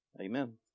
Amen